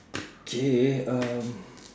K um